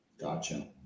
Gotcha